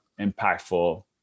impactful